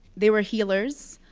they were healers,